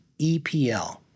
EPL